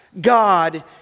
God